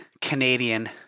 Canadian